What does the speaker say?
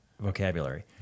vocabulary